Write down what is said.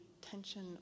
tension